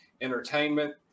entertainment